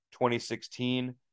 2016